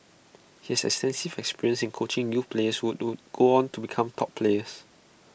he has extensive experience in coaching youth players who would go on to become top players